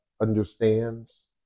understands